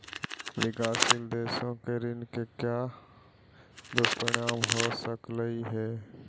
विकासशील देशों के ऋण के क्या दुष्परिणाम हो सकलई हे